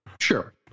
sure